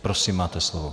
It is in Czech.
Prosím, máte slovo.